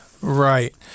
Right